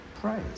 praise